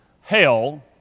hell